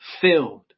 filled